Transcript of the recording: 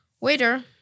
Waiter